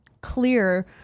clear